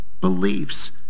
beliefs